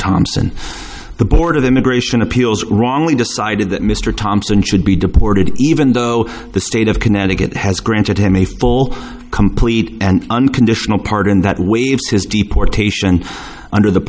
thompson the board of immigration appeals wrongly decided that mr thomson should be deported even though the state of connecticut has granted him a full complete and unconditional pardon that waves his deportation under the